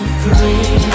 free